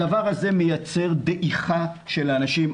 הדבר הזה מייצר דעיכה של האנשים.